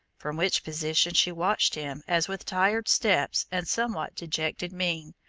from which position she watched him as with tired steps and somewhat dejected mien,